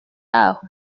aho